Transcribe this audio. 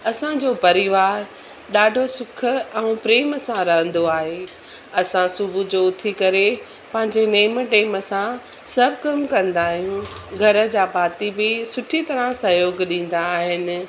असांजो परिवार ॾाढो सुख ऐं प्रेम सां रहंदो आहे असां सुबुह जो उथी करे पंहिंजे नेम टेम सां सभु कमु कंदा आहियूं घर जा भाती बि सुठी तरह सहयोग ॾींदा आहिनि